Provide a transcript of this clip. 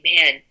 man